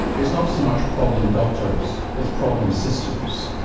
it's not so much problem doctors, it's problem systems,